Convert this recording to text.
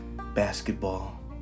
basketball